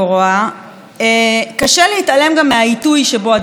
קשה להתעלם גם מהעיתוי שבו הדברים האלה מגיעים.